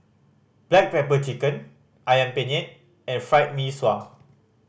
black pepper chicken Ayam Penyet and Fried Mee Sua